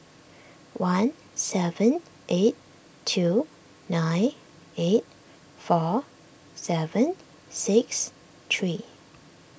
one seven eight two nine eight four seven six three